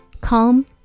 Come